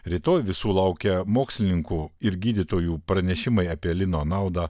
rytoj visų laukia mokslininkų ir gydytojų pranešimai apie lino naudą